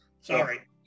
Sorry